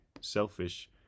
selfish